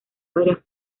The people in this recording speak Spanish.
varias